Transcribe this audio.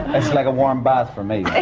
it's like a warm bath for me.